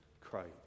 Christ